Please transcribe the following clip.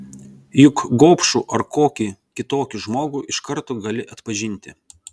juk gobšų ar kokį kitokį žmogų iš karto gali atpažinti